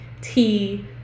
tea